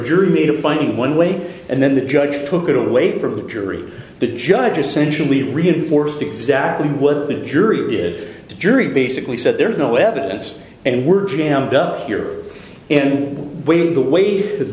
jury made a finding one way and then the judge took it away from the jury the judge essentially reinforced exactly what the jury did the jury basically said there was no evidence and were jammed up here and the way that